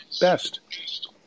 best